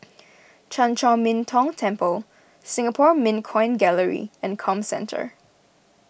Chan Chor Min Tong Temple Singapore Mint Coin Gallery and Comcentre